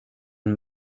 and